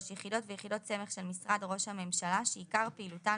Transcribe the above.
(3)יחידות ויחידות סמך של משרד ראש הממשלה שעיקר פעילותן